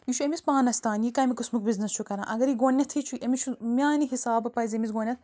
یہِ چھُ أمِس پانس تانۍ یہِ کَمہِ قٕسمُک بزنٮ۪س چھُ کَران اگر یہِ گۄڈٕنٮ۪ٹھٕے چھُ أمِس چھُ میانہِ حِساب پَزِ أمس گۄڈٕنٮ۪تھ